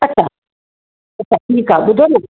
अच्छा अच्छा ठीकु आहे ॿुधो न